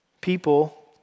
people